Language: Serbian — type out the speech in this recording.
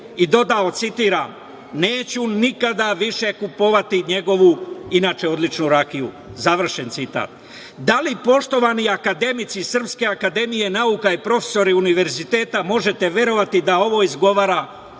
i dodao, citiram: „Neću nikada više kupovati njegovu, inače odličnu rakiju“. Završen citat. Da li, poštovani akademici Srpske akademije nauke i profesori Univerziteta, možete verovati da ovo izgovara jedan